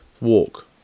Walk